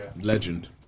Legend